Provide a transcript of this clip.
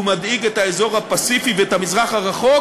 הוא מדאיג את האזור הפסיפי ואת המזרח הרחוק,